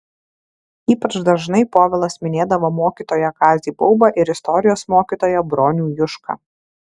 ypač dažnai povilas minėdavo mokytoją kazį baubą ir istorijos mokytoją bronių jušką